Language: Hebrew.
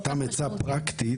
סתם עצה פרקטית,